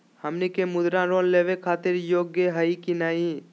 हमनी के मुद्रा लोन लेवे खातीर योग्य हई की नही?